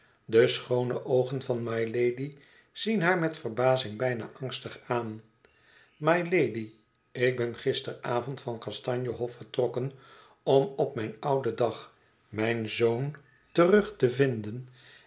de schoone oogen van mylady zien haar met verbazing bijna angstig aan mylady ik ben gisteravond van kastanjehof vertrokken om op mijn ouden dag mijn zoon terug te vinden